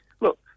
look